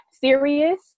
serious